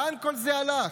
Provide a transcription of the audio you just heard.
לאן כל זה הלך?